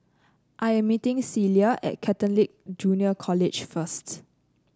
I'm meeting Celia at Catholic Junior College first